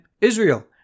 Israel